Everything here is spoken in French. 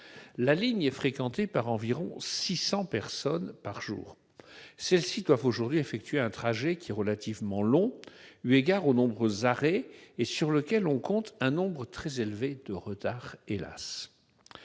La ligne est fréquentée par environ 600 personnes par jour. Celles-ci doivent aujourd'hui effectuer un trajet qui est relativement long, eu égard aux nombreux arrêts, et sur lequel on compte un nombre trop élevé de retards.